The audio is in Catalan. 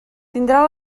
tindrà